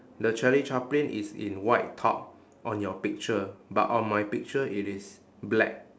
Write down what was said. the charlie chaplin is in white top on your picture but on my picture it is black